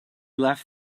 left